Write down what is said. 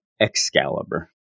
Excalibur